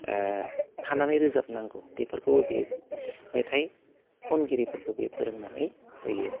ओह थानानै रोजाबनांगौ बेफोरखौबो बे मेथाइ खनगिरिफोरखौ बे फोरोंनानै होयो